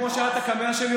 כמו שאת הקמע שלי,